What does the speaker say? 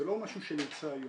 זה לא משהו שנמצא היום.